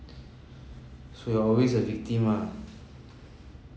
so you're always a victim lah